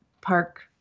park